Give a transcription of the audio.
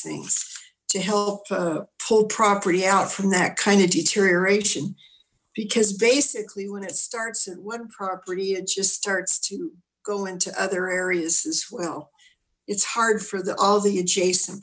things to help pull property out from that kind of deterioration because basically when it starts at one property it just starts to go into other areas as well it's hard for the all the adjacent